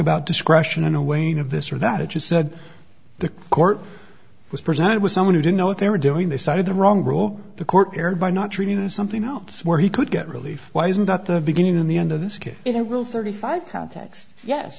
about discretion in a way of this or that it just said the court was presented with someone who didn't know what they were doing they cited the wrong role the court erred by not treating it as something else where he could get relief why isn't that the beginning in the end of this case it will thirty five context yes